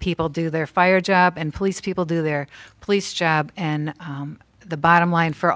people do their fire job and police people do their police job and the bottom line for